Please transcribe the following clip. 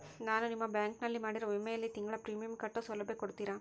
ನಾನು ನಿಮ್ಮ ಬ್ಯಾಂಕಿನಲ್ಲಿ ಮಾಡಿರೋ ವಿಮೆಯಲ್ಲಿ ತಿಂಗಳ ಪ್ರೇಮಿಯಂ ಕಟ್ಟೋ ಸೌಲಭ್ಯ ಕೊಡ್ತೇರಾ?